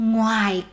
Ngoài